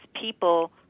people